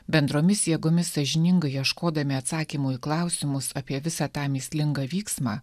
bendromis jėgomis sąžiningai ieškodami atsakymų į klausimus apie visą tą mįslingą vyksmą